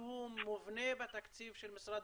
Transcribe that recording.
נשענים על תקציב המשרד.